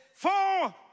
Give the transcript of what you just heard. Four